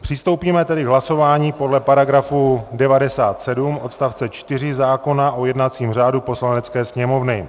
Přistoupíme tedy k hlasování podle § 97 odst. 4 zákona o jednacím řádu Poslanecké sněmovny.